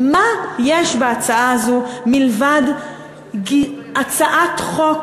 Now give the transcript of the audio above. מה יש בהצעת החוק הזו מלבד היותה הצעת חוק